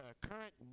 current